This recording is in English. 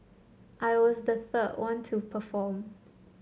I was the third one to perform